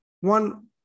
one